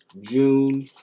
June